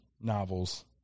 novels